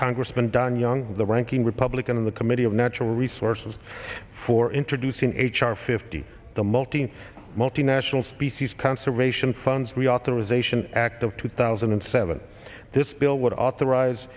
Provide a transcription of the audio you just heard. congressman don young the ranking republican on the committee of natural resources for introducing h r fifty the multi multi national species conservation funds reauthorization act of two thousand and seven this bill would authorize